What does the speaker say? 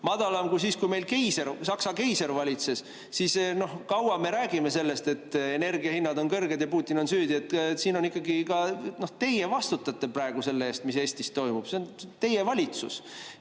madalam kui siis, kui meil Saksa keiser valitses, siis kui kaua me räägime sellest, et energiahinnad on kõrged ja Putin on süüdi? Siin ikkagi ka teie vastutate selle eest, mis Eestis toimub. See on teie valitsus.